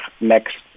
next